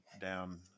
down